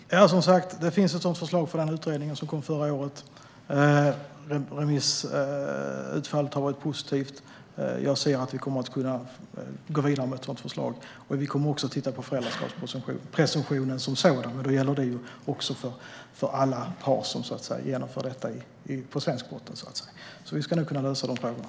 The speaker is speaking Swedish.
Fru talman! Ja, som sagt, det finns ett sådant förslag i den utredning som kom förra året. Remissutfallet har varit positivt. Jag ser att vi kommer att kunna gå vidare med ett sådant förslag. Vi kommer också att titta på föräldraskapspresumtionen som sådan. Då gäller det också för alla par som genomför detta på svensk botten, så att säga. Vi ska nog kunna lösa de frågorna.